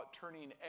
turning